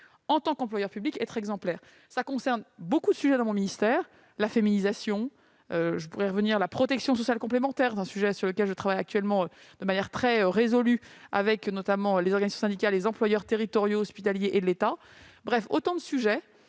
en tant qu'employeur public. Cela concerne beaucoup de sujets dans mon ministère : la féminisation, sur laquelle je pourrai revenir, la protection sociale complémentaire, un sujet sur lequel je travaille actuellement de manière très résolue avec notamment les organisations syndicales et les employeurs territoriaux, hospitaliers et de l'État. Bref, autant de sujets